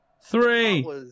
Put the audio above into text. Three